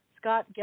Scott